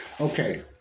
Okay